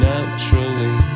Naturally